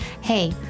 Hey